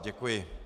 Děkuji.